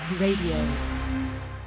Radio